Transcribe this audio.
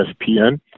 ESPN